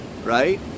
right